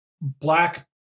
black